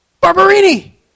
Barberini